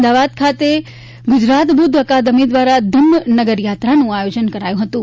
અમદાવાદ ખાતે ગુજરાત બુધ્ધ અકાદમી દ્વારા ધમ્મ નગર યાત્રાનું આયોજન કરાયું હતું